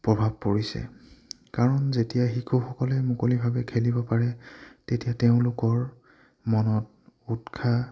প্ৰভাৱ পৰিছে কাৰণ যেতিয়া শিশুসকলে মুকলিভাৱে খেলিব পাৰে তেতিয়া তেওঁলোকৰ মনত উৎসাহ